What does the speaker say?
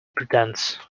pretence